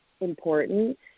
important